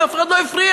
אף אחד לא הפריע.